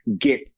get